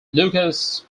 lucas